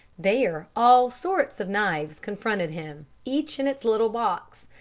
there all sorts of knives confronted him, each in its little box,